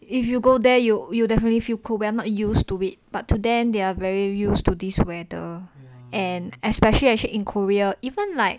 if you go there you will definitely feel cold we're not used to it but to them they're very used to this weather and especially actually in korea even like